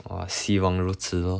!wah! 希望如此 lor